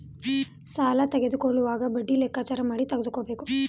ಸಾಲ ತಕ್ಕೊಳ್ಳೋವಾಗ ಬಡ್ಡಿ ಲೆಕ್ಕಾಚಾರ ಮಾಡಿ ತಕ್ಕೊಬೇಕು